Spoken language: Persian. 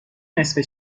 نصفه